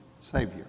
Savior